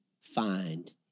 find